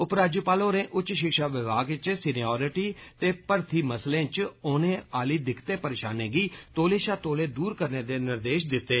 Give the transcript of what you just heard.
उप राज्यपाल होरें उच्च पिक्षा विभाग इच ैमदपवतपजल ते भर्थी मसलें इच औनें आहली दिक्कतें परेषानें गी तौले षा तौले दूर करने दे निर्देष दिते